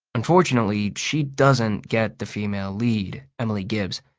unfortunately, she doesn't get the female lead, emily gibbs.